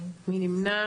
יהדות התורה והציונות